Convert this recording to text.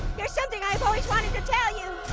there's something i've always wanted to tell you.